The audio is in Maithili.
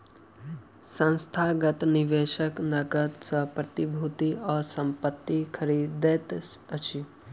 संस्थागत निवेशक नकद सॅ प्रतिभूति आ संपत्ति खरीदैत अछि